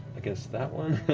against that one?